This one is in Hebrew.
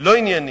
לא ענייניים,